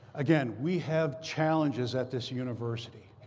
again, we have challenges at this university.